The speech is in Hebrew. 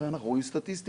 הרי אנחנו רואים סטטיסטיקה,